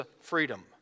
freedom